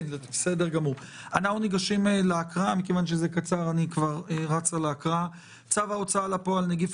אנחנו מתכנסים לדיון בצו ההוצאה לפועל (נגיף